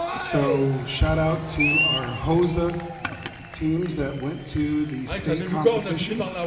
so shout out to our hosa teams that went to the state competition.